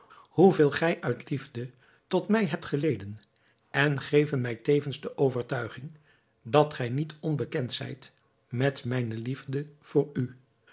hoeveel gij uit liefde tot mij hebt geleden en geven mij tevens de overtuiging dat gij niet onbekend zijt met mijne liefde voor u